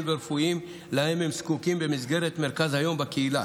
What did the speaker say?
ורפואיים שלהם הם זקוקים במסגרת מרכז היום בקהילה.